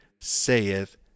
saith